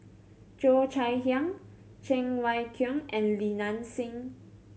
Cheo Chai Hiang Cheng Wai Keung and Li Nanxing